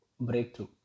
breakthrough